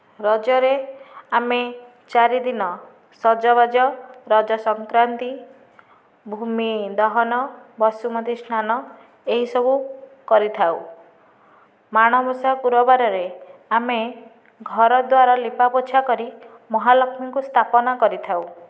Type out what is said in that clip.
ରଜରେ ଆମେ ଚାରିଦିନ ସଜବାଜ ରଜ ସଂକ୍ରାନ୍ତି ଭୂମି ଦହନ ବସୁମତୀ ସ୍ନାନ ଏହିସବୁ କରିଥାଉ ମାଣବସା ଗୁରୁବାରରେ ଆମେ ଘରଦ୍ୱାର ଲିପା ପୋଛା କରି ମହାଲକ୍ଷ୍ମୀଙ୍କୁ ସ୍ଥାପନା କରିଥାଉ